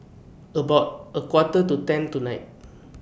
about A Quarter to ten tonight